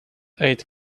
aid